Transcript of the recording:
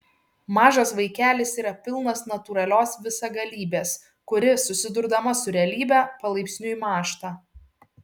mažas vaikelis yra pilnas natūralios visagalybės kuri susidurdama su realybe palaipsniui mąžta